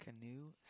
Canoe